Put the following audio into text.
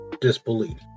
disbelief